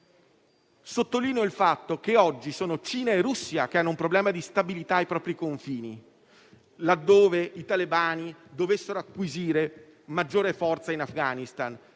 sottolineo che oggi sono Cina e Russia ad avere un problema di stabilità ai propri confini, là dove i talebani dovessero acquisire maggiore forza in Afghanistan.